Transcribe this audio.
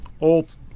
old